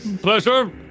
pleasure